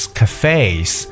cafes